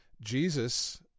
Jesus